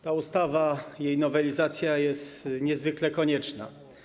Ta ustawa i jej nowelizacja jest niezwykle konieczna.